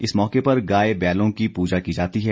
इस मौके पर गाय बैलों की पूजा की जाती है